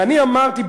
ואני אמרתי,